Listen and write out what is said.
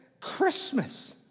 Christmas